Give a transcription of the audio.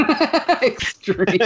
Extreme